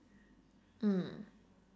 mm